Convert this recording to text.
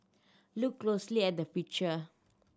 look closely at the picture